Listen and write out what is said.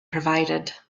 provided